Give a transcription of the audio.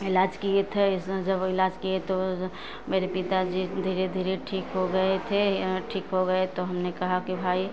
इलाज किये थे जब इलाज किये तो मेरे पिताजी धीरे धीरे ठीक हो गये थे ठीक हो गये तो हमने कहा की भाई